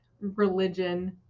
religion